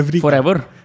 Forever